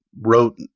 wrote